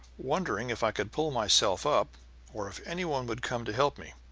wondering if i could pull myself up or if any one would come to help me.